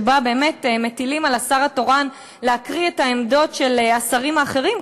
שלפיו באמת מטילים על השר התורן להקריא את העמדות של השרים האחרים,